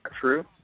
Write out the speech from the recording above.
true